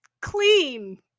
clean